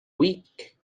weak